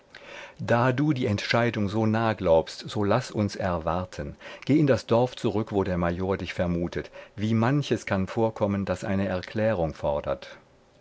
da du die entscheidung so nah glaubst so laß uns erwarten geh in das dorf zurück wo der major dich vermutet wie manches kann vorkommen das eine erklärung fordert